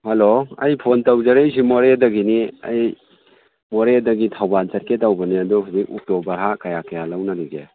hello ꯑꯩ phone ꯇꯧꯖꯔꯛꯏꯁꯦ ꯃꯣꯔꯦꯗꯒꯤꯅꯤ ꯑꯩ ꯃꯣꯔꯦꯗꯒꯤ ꯊꯧꯕꯥꯜ ꯆꯠꯀꯦ ꯇꯧꯕꯅꯤ ꯑꯗꯣ ꯍꯧꯖꯤꯛ ꯑꯣꯇꯣ ꯚꯔꯥ ꯀꯌꯥ ꯀꯌꯥ ꯂꯧꯅꯔꯤꯒꯦ